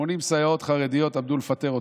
80 סייעות חרדיות, עמדו לפטר אותן.